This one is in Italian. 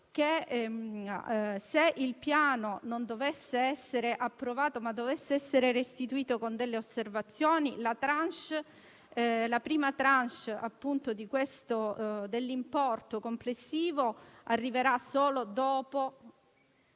che se il Piano non dovesse essere approvato, ma dovesse essere restituito con delle osservazioni, la prima *tranche* dell'importo complessivo arriverà solo dopo